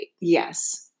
yes